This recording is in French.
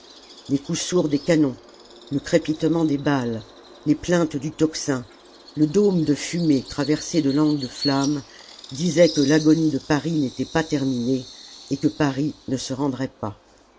les coups sourds des canons le crépitement des balles les plaintes du tocsin le dôme de fumée traversé de langues de flammes disaient que l'agonie de paris n'était pas terminée et que paris ne se rendrait pas